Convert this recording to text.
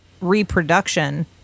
reproduction